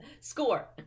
Score